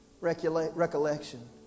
Recollection